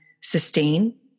sustain